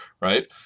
right